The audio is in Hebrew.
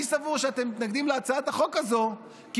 אני סבור שאתם מתנגדים להצעת החוק הזו כי